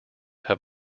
have